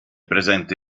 presente